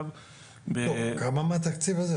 כמה מהתקציב הזה?